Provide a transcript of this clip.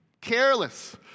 careless